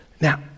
Now